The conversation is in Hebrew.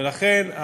ולכן,